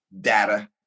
data